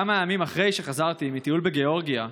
כמה ימים אחרי שחזרתי מטיול בגאורגיה,